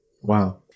Wow